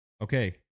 Okay